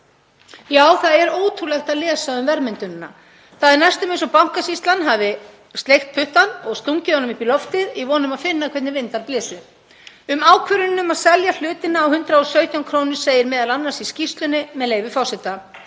Já, það er ótrúlegt að lesa um verðmyndunina. Það er næstum eins og Bankasýslan hafi sleikt puttann og stungið honum upp í loftið í von um að finna hvernig vindar blésu. Um ákvörðun um að selja hlutinn á 117 kr. segir m.a. í skýrslunni, með leyfi forseta: